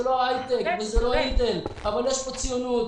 זה לא היי-טק וזה לא אינטל אבל יש כאן ציונות,